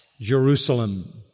Jerusalem